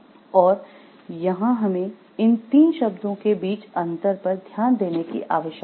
और यहां हमें इन तीनों शब्दों के बीच अंतर पर ध्यान देने की आवश्यकता है